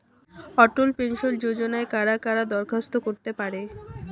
অটল pension যোজনায় কারা কারা দরখাস্ত করতে পারে?